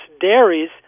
dairies